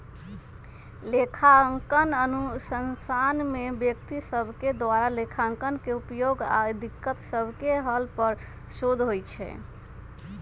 लेखांकन अनुसंधान में व्यक्ति सभके द्वारा लेखांकन के उपयोग आऽ दिक्कत सभके हल पर शोध होइ छै